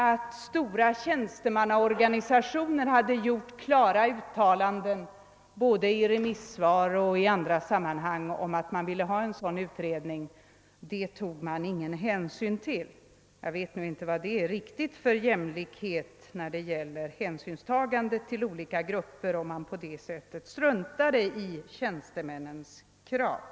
Att stora tjänstemannaorganisationer har gjort klara uttalanden i remissvar och i andra sammanhang om att en sådan utredning var önskvärd, tog man ingen hänsyn till. Jag vet inte riktigt vad slags jämlikhet som avses när det gäller hänsynstagande till olika grupper, om man på det sättet struntar i tjänstemännens krav.